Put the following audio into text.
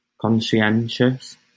Conscientious